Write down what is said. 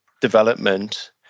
development